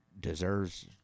deserves